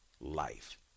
life